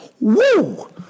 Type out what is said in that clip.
Woo